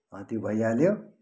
त्यो भइहाल्यो